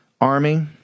army